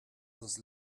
was